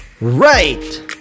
right